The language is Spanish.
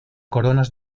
coronas